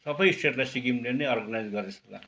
सबै स्टेटलाई सिक्किमले नै अर्गनाइज गरे जस्तो लाग्छ